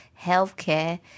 healthcare